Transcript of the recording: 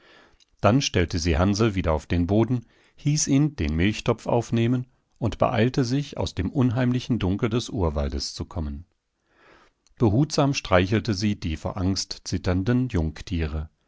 dann stellte sie hansl wieder auf den boden hieß ihn den milchtopf aufnehmen und beeilte sich aus dem unheimlichen dunkel des urwaldes zu kommen behutsam streichelte sie die vor angst zitternden